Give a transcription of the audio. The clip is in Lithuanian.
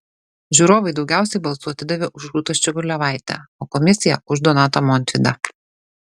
žiūrovai daugiausiai balsų atidavė už rūtą ščiogolevaitę o komisija už donatą montvydą